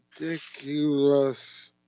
ridiculous